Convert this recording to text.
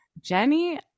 jenny